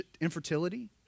Infertility